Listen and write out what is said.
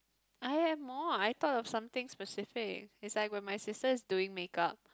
I have more I thought of something specific it's like when my sister is doing makeup